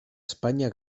espanya